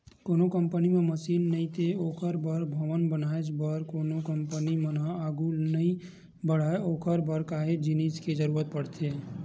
कोनो कंपनी म मसीन नइते ओखर बर भवन बनाएच भर म कोनो कंपनी मन ह आघू नइ बड़हय ओखर बर काहेच जिनिस के जरुरत पड़थे